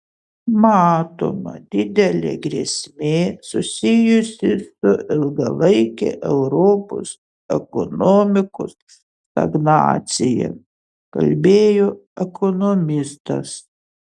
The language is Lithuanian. matoma didelė grėsmė susijusi su ilgalaike europos ekonomikos stagnacija kalbėjo ekonomistas